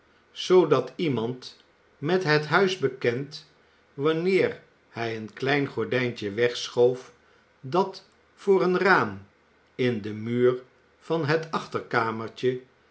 zoodat iemand met het huis bekend wanneer hij een klein gordijntje wegschoof dat voor een raam in den muur van het achterkamertje